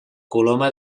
coloma